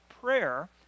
prayer